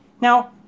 Now